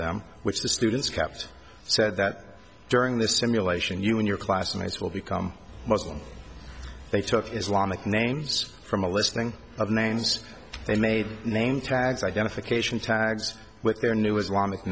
them which the students kept said that during the simulation you and your classmates will become muslim they took islamic names from a listing of names they made name tags identification tags with their new islamic